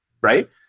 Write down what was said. right